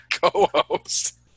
co-host